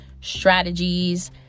strategies